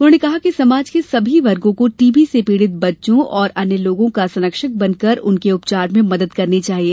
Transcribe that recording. उन्होंने कहा कि समाज के सभी वर्गों को टीबी से पीड़ित बच्चों अन्य लोगों का संरक्षक बनकर उनके उपचार में मदद करना चाहिए